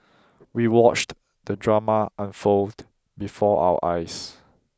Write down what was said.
we watched the drama unfold before our eyes